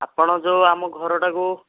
ଆପଣ ଯୋଉ ଆମ ଘରଟାକୁ